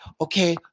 Okay